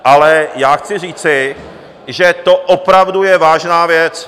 Ale já chci říci, že to opravdu je vážná věc.